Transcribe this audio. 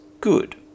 good